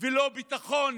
ולא ביטחון